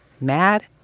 mad